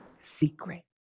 secret